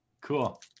Cool